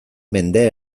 mende